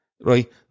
right